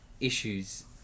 issues